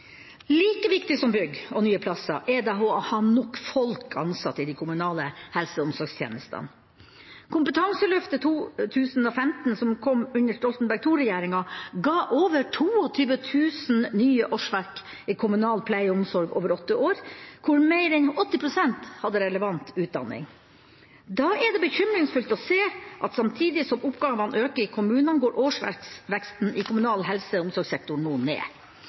Like viktig som bygg og nye plasser er det å ha nok folk ansatt i de kommunale helse- og omsorgstjenestene. Kompetanseløftet 2015, som kom under Stoltenberg II-regjeringa, ga over 22 000 nye årsverk i kommunal pleie- og omsorg over åtte år, hvor mer enn 80 pst. hadde relevant utdanning. Da er det bekymringsfullt å se at samtidig som oppgavene øker i kommunene, går årsverksveksten i kommunal helse- og omsorgssektor nå ned.